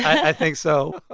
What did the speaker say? i think so.